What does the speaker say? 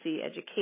education